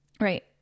Right